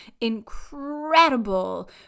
incredible